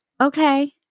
Okay